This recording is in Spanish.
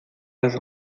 las